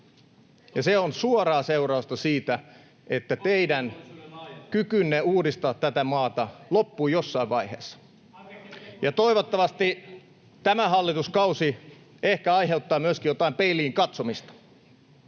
[Timo Harakan välihuuto] että teidän kykynne uudistaa tätä maata loppui jossain vaiheessa. Toivottavasti tämä hallituskausi aiheuttaa myöskin ehkä jotain peiliin katsomista.